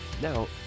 Now